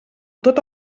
tot